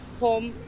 home